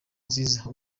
nziza